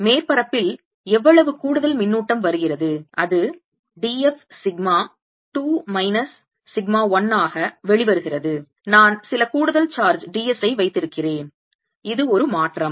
மேற்பரப்பில் எவ்வளவு கூடுதல் மின்னூட்டம் வருகிறது அது d f sigma 2 minus sigma 1 ஆக வெளிவருகிறது நான் சில கூடுதல் சார்ஜ் d s ஐ வைத்திருக்கிறேன் இது ஒரு மாற்றம்